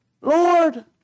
Lord